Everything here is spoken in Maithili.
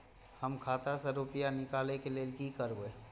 हम खाता से रुपया निकले के लेल की करबे?